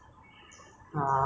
and then they chew very loudly